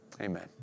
Amen